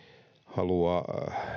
halua